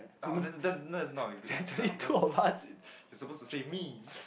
uh that's that's that is not a good answer because you're suppose to say me